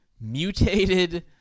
mutated